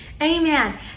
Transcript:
Amen